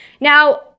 Now